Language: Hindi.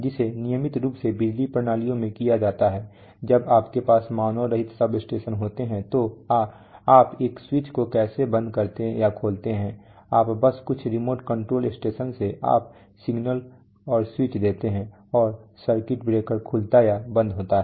जिसे नियमित रूप से बिजली प्रणालियों में किया जाता है जब आपके पास मानव रहित सबस्टेशन होते हैं तो तो आप एक स्विच को कैसे बंद करते या खोलते हैं आप बस कुछ रिमोट कंट्रोल स्टेशन से आप सिग्नल और स्विच देते हैं और सर्किट ब्रेकर खुलता या बंद होता है